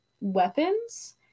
weapons